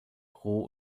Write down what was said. roh